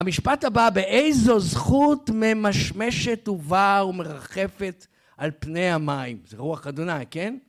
המשפט הבא, באיזו זכות ממשמשת ובאה ומרחפת על פני המים. זה רוח ה', כן?